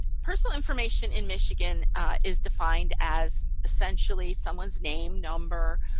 personal information in michigan is defined as essentially someone's name, number.